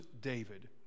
David